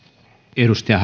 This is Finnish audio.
arvoisa